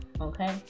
okay